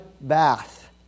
bath